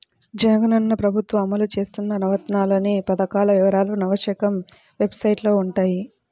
జగనన్న ప్రభుత్వం అమలు చేత్తన్న నవరత్నాలనే పథకాల వివరాలు నవశకం వెబ్సైట్లో వుంటయ్యి